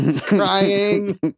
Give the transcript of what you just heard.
crying